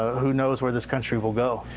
who knows where this country will go?